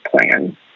plan